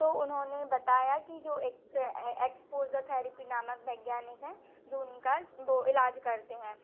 तो उन्होंने बताया कि जो एक एक्सपोज़र थैरेपी नामक वैज्ञानिक है जो उनका दो इलाज करते हैं